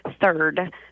Third